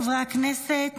חברי הכנסת,